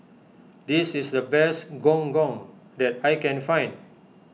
this is the best Gong Gong that I can find